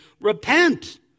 Repent